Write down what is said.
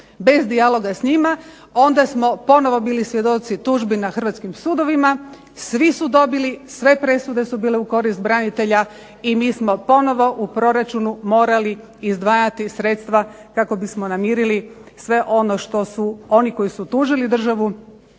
bez dijaloga s njima, onda smo ponovno bili svjedoci tužbi na hrvatskim sudovima. Svi su dobili, sve presude su bile u korist branitelja i mi smo ponovo u proračunu morali izdvajati sredstva kako bismo namirili sve ono što su oni koji su tužili državu